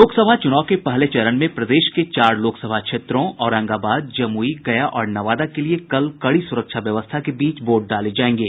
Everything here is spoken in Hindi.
लोकसभा चुनाव के पहले चरण में प्रदेश के चार लोकसभा क्षेत्रों औरंगाबाद जमुई गया और नवादा के लिए कल कड़ी सुरक्षा व्यवस्था के बीच वोट डाले जायेंगे